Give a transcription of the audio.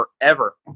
forever